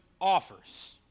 offers